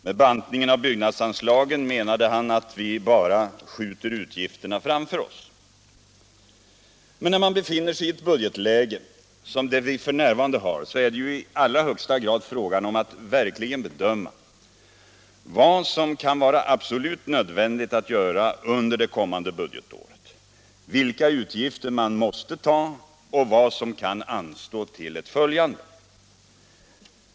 Med bantningen av byggnadsanslagen menade han att vi bara skjuter utgifterna framför oss. Men när man befinner sig i ett budgetläge som det vi f.n. har är det ju i allra högsta grad fråga om att verkligen bedöma vad som kan vara absolut nödvändigt att göra under det kommande budgetåret, vilka utgifter man måste ta och vad som kan anstå till följande budgetår.